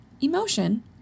emotion